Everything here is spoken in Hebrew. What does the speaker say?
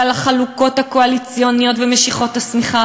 על החלוקות הקואליציוניות ועל משיכות השמיכה,